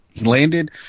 landed